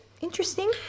Interesting